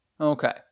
Okay